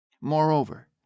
Moreover